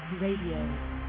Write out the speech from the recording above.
Radio